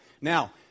Now